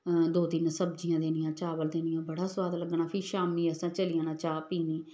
दो तिन्न सब्जियां देनियां चावल देनियां बड़ा सुआद लग्गना फ्ही शामी असें चली जाना चाह् पीनी